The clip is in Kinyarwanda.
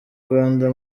rwanda